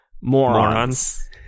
Morons